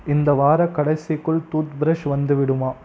இந்த வாரக் கடைசிக்குள் டுத்பிரஷ் வந்துவிடுமா